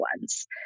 ones